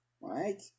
Right